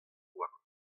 houarn